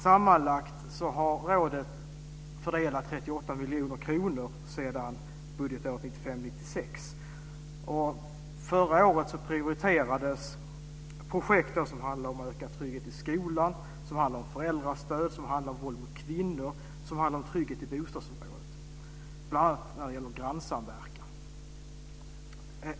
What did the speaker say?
Sammanlagt har rådet fördelat 38 miljoner kronor sedan budgetåret 1995/96. Förra året prioriterades projekten som handlar om ökad trygghet i skolan, föräldrastöd, våld mot kvinnor och trygghet i bostadsområdet, bl.a. när det gäller grannsamverkan.